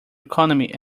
economy